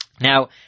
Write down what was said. Now